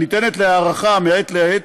הניתנת להארכה מעת לעת,